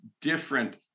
different